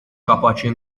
kapaċi